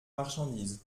marchandise